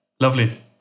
Lovely